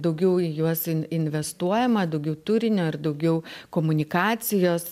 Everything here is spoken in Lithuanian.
daugiau į juos in investuojama daugiau turinio ir daugiau komunikacijos